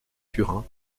turin